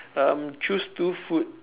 um choose two food